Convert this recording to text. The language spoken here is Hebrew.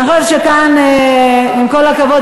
אני חושבת שכאן עם כל הכבוד,